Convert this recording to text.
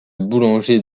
boulanger